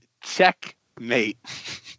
Checkmate